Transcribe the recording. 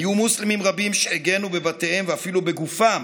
היו מוסלמים רבים שהגנו בבתיהם ואפילו בגופם